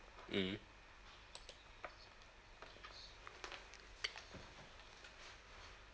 mmhmm